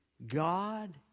God